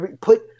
put